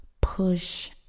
Push